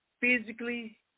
physically